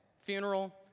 funeral